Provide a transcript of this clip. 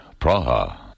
Praha